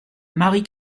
marie